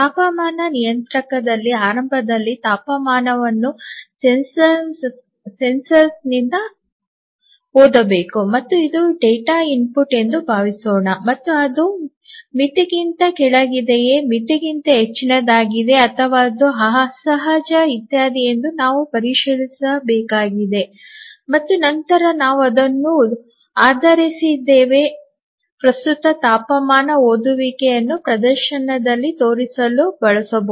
ತಾಪಮಾನ ನಿಯಂತ್ರಕದಲ್ಲಿ ಆರಂಭದಲ್ಲಿ ತಾಪಮಾನವನ್ನು ಸಂವೇದಕದಿಂದ ಓದಬೇಕು ಮತ್ತು ಇದು ಡೇಟಾ ಇನ್ಪುಟ್ ಎಂದು ಭಾವಿಸೋಣ ಮತ್ತು ಅದು ಮಿತಿಗಿಂತ ಕೆಳಗಿದೆಯೇ ಮಿತಿಗಿಂತ ಹೆಚ್ಚಿನದಾಗಿದೆ ಅಥವಾ ಅದು ಅಸಹಜ ಇತ್ಯಾದಿ ಎಂದು ನಾವು ಪರಿಶೀಲಿಸಬೇಕಾಗಿದೆ ಮತ್ತು ನಂತರ ನಾವು ಅದನ್ನು ಆಧರಿಸಿದ್ದೇವೆ ಪ್ರಸ್ತುತ ತಾಪಮಾನ ಓದುವಿಕೆಯನ್ನು ಪ್ರದರ್ಶನದಲ್ಲಿ ತೋರಿಸಲು ಬಯಸಬಹುದು